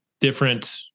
different